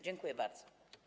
Dziękuję bardzo.